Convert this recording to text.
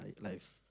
life